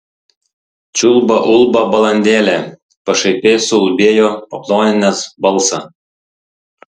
čiulba ulba balandėlė pašaipiai suulbėjo paploninęs balsą